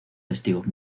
testigos